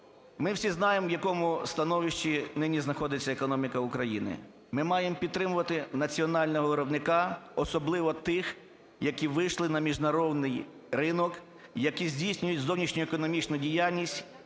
Ми всі знаємо, в якому становищі нині знаходиться економіка України, ми маємо підтримувати національного виробника, особливо тих, які вийшли на міжнародний ринок, які здійснюють зовнішньоекономічну діяльність,